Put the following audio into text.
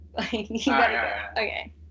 Okay